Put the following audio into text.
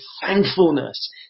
thankfulness